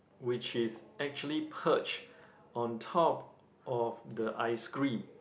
which is actually perched on top of the ice cream